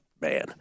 Man